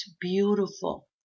beautiful